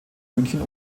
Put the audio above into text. münchen